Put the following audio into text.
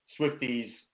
Swifties